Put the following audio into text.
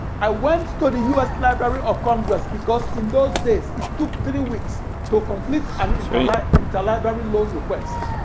i went to the u s. library of congress because in those days it took three weeks to complete an inter like inter library loan request.